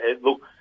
Look